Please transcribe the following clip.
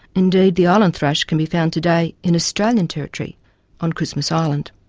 indeed the island thrush can be found today in australia and territory on christmas island.